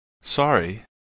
Sorry